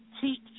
teach